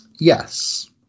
Yes